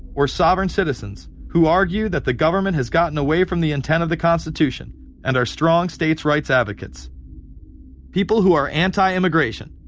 or sovereign citizens who argue that the government has gotten away from the intent of the constitution and are strong states' rights advocates people who are anti-immigration,